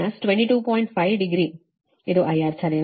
5 degree ಇದು IR ಸರಿನಾ